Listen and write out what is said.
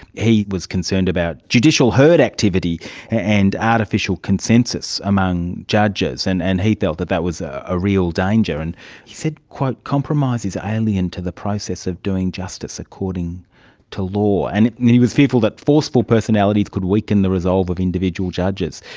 he was concerned about judicial herd activity and artificial consensus among judges, and and he felt that that was a real danger. and he said, compromise is alien to the process of doing justice according to law. and he was fearful that forceful personalities could weaken the resolve of individual judges.